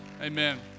Amen